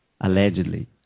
allegedly